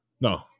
No